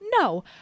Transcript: No